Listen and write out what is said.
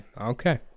okay